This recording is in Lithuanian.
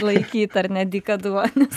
laikyt ar ne dykaduonis